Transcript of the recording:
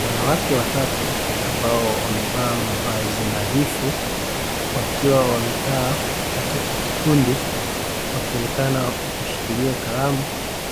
Wanawake watatu ambao wamevaa mavazi nadhifu wakiwa wamekaa katika kikundi, wakionekana wakishikiliia kalamu